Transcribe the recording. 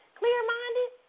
clear-minded